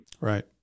Right